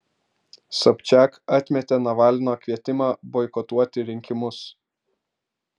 sobčiak atmetė navalno kvietimą boikotuoti rinkimus